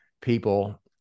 people